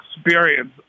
experience